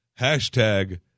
Hashtag